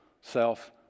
self